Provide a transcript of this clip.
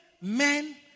men